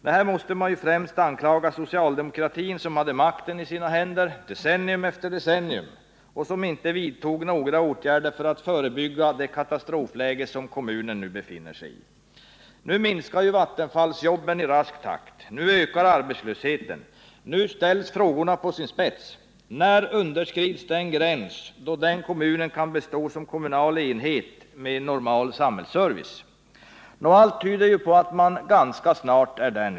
Nej, här måste man främst anklaga socialdemokratin, som hade makten i sina händer decennium efter decennium och inte vidtog några åtgärder för att förebygga det katastrofläge som kommunen nu befinner Nu minskar vattenfallsjobben i rask takt, nu ökar arbetslösheten, nu ställs frågorna på sin spets. När underskrids den gräns då kommunen kan bestå som kommunal enhet med normal samhällsservice? Allt tyder nu på att man ganska snart är där.